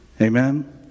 Amen